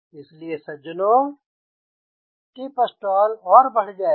इसलिए सज्जनों टिप स्टाल और बढ़ जाएगा